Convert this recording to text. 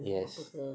yes